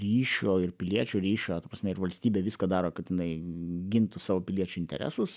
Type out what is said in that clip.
ryšio ir piliečių ryšio ta prasme ir valstybė viską daro kad jinai gintų savo piliečių interesus